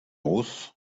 hausse